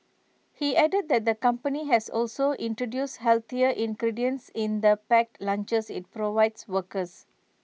he added that the company has also introduced healthier ingredients in the packed lunches IT provides workers